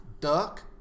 Duck